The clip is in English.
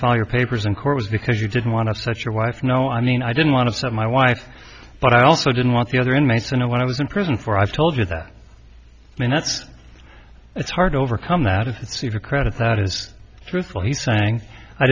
file your papers in court was because you didn't want to touch your wife you know i mean i didn't want to set my wife but i also didn't want the other inmates to know when i was in prison for i've told you that i mean that's it's hard to overcome that is to her credit that is truthful he's saying i